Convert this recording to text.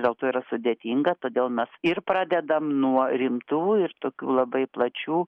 dėl to yra sudėtinga todėl mes ir pradedam nuo rimtų ir tokių labai plačių